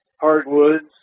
hardwoods